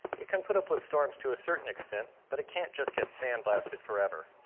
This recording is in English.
it can put up with storms to a certain extent, but it can't just get sandblasted forever.